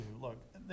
look